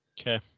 Okay